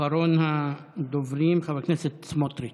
אחרון הדוברים הוא חבר הכנסת סמוטריץ'.